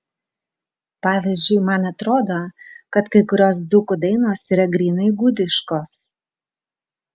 pavyzdžiui man atrodo kad kai kurios dzūkų dainos yra grynai gudiškos